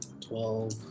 Twelve